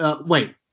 wait